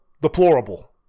deplorable